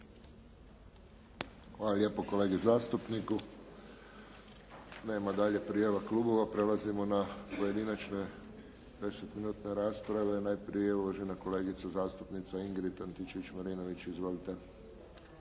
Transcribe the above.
Hvala lijepo kolegi zastupniku. Nema dalje prijava klubova. Prelazimo dalje na pojedinačne desetminutne rasprave. Najprije uvažena kolegica zastupnica Ingrid Antičević-Marinović. Izvolite.